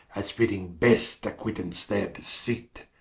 as fitting best to quittance their deceite,